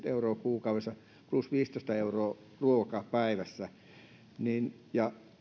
euroa kuukaudessa plus viisitoista euroa päivässä ruoasta ja